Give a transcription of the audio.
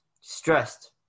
stressed